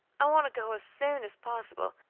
i want to go as soon as possible.